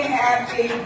happy